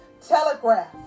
telegraph